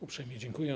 Uprzejmie dziękuję.